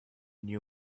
new